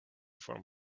before